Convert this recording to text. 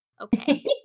Okay